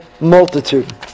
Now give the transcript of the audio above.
multitude